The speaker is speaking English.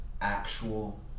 actual